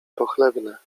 pochlebne